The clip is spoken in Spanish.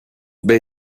bay